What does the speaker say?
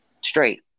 Straight